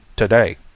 today